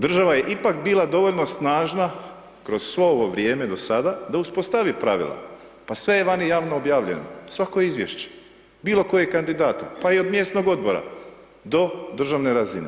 Država je ipak bila dovoljno snažna kroz svo ovo vrijeme do sada da uspostavi pravila, pa sve je vani javno objavljeno, svako izvješće, bilo kojeg kandidata, pa i od mjesnog odbora do državne razine.